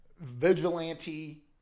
vigilante